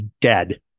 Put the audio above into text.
dead